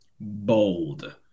Bold